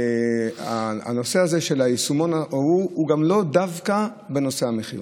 הנושא של היישומון הוא גם לא דווקא בנושא המחיר.